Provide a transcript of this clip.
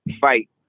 fight